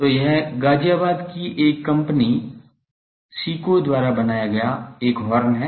तो यह गाजियाबाद की एक कंपनी SICO द्वारा बनाया गया एक हॉर्न है